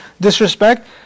disrespect